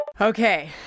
Okay